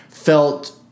felt